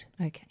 Okay